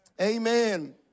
Amen